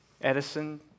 Edison